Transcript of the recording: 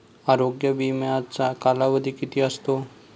आरोग्य विम्याचा कालावधी किती असतो?